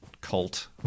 cult